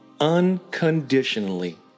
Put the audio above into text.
unconditionally